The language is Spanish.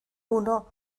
uno